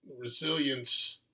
resilience